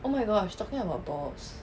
oh my gosh talking about balls